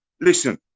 listen